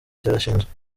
cyarashinzwe